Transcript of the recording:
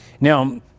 Now